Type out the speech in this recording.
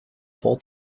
full